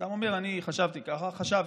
אדם אומר: אני חשבתי ככה, חשבתי,